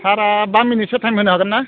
सारा बा मिनिटसो थाइम होनो हागोन्ना